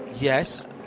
Yes